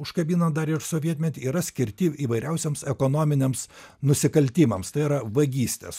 užkabinant dar ir sovietmetį yra skirti įvairiausiems ekonominiams nusikaltimams tai yra vagystės